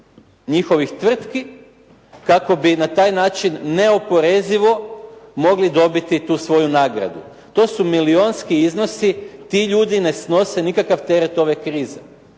njihovih tvrtki kako bi na taj način neoporezivo mogli dobiti tu svoju nagradu. To su milionski iznosi, ti ljudi ne snose nikakav teret ove krize.